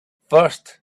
first